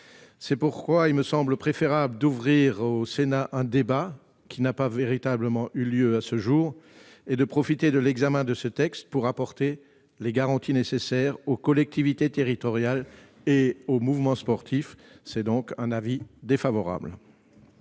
ses missions. Il me semble donc préférable d'ouvrir au Sénat un débat, qui n'a pas véritablement eu lieu à ce jour, et de profiter de l'examen de ce texte pour apporter les garanties nécessaires aux collectivités territoriales et au mouvement sportif. L'avis est donc défavorable.